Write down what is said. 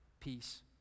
peace